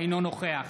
אינו נוכח